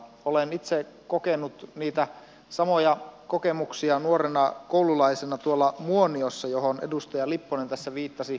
olen itse kokenut niitä samoja kokemuksia nuorena koululaisena tuolla muoniossa joihin edustaja lipponen tässä viittasi